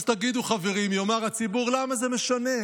אז תגידו, חברים, יאמר הציבור: למה זה משנה?